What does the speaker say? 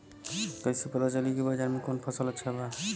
कैसे पता चली की बाजार में कवन फसल अच्छा बा?